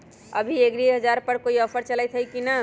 अभी एग्रीबाजार पर कोई ऑफर चलतई हई की न?